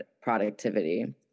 productivity